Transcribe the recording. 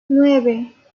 nueve